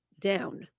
Down